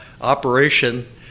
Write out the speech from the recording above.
operation